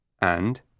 and